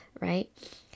right